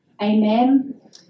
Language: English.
Amen